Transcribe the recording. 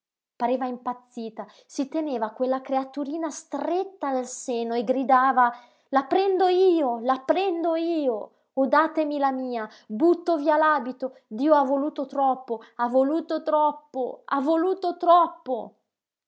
pareva impazzita si teneva quella creaturina stretta al seno e gridava la prendo io la prendo io o datemi la mia butto via l'abito dio ha voluto troppo ha voluto troppo ha voluto troppo